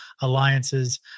alliances